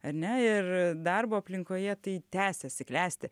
ar ne ir darbo aplinkoje tai tęsiasi klesti